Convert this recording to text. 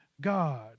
God